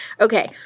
Okay